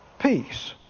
peace